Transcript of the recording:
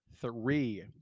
three